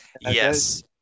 yes